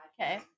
Okay